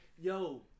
Yo